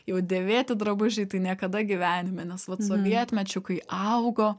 jau dėvėti drabužiai tai niekada gyvenime nes vat sovietmečiu kai augo